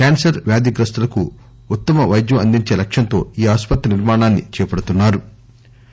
cancer వ్యాధిగ్రస్తులకు ఉత్తమ పైద్యం అందించే లక్ష్యంతోఈ ఆసుపత్రి నిర్మాణాన్ని చేపడుతున్నా రు